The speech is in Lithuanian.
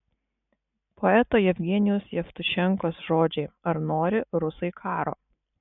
poeto jevgenijaus jevtušenkos žodžiai ar nori rusai karo